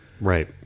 right